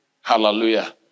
hallelujah